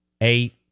eight